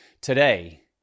Today